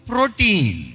Protein